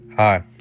Hi